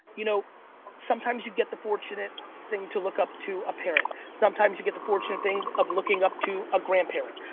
you know sometimes you get the fortunate thing to look up to a parent. sometimes you get the fortunate thing of looking up to a grandparent,